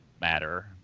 matter